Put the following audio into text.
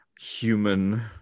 human